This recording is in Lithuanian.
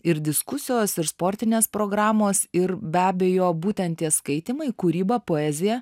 ir diskusijos ir sportinės programos ir be abejo būtent tie skaitymai kūryba poezija